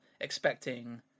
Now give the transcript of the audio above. expecting